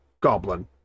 goblin